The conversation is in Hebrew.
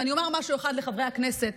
ואני אומר משהו אחד לחברי הכנסת.